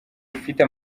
ufite